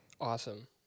Awesome